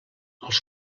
els